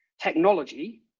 technology